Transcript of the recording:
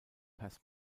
pass